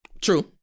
True